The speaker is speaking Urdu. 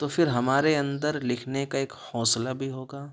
تو پھر ہمارے اندر لکھنے کا ایک حوصلہ بھی ہوگا